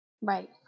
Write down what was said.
right